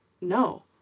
no